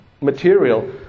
material